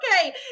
Okay